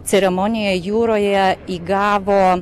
ceremonija jūroje įgavo